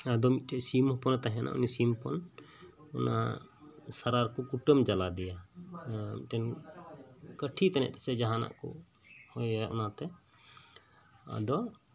ᱟᱫᱚ ᱢᱤᱴᱮᱡ ᱥᱤᱢ ᱦᱚᱯᱚᱱᱮ ᱛᱟᱸᱦᱮᱱᱟ ᱩᱱᱤ ᱥᱤᱢ ᱦᱚᱯᱚᱱ ᱚᱱᱟ ᱥᱟᱨᱟ ᱨᱮᱠᱚ ᱠᱩᱴᱟᱹᱢ ᱡᱟᱞᱟᱫᱮᱭᱟ ᱢᱤᱴᱮᱱ ᱠᱟᱹᱴᱷᱤ ᱛᱟᱹᱱᱤᱡ ᱛᱮᱥᱮ ᱡᱟᱸᱦᱟᱱᱟᱜ ᱠᱚ ᱤᱭᱟᱹ ᱚᱱᱟᱛᱮ ᱟᱫᱚ